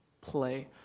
play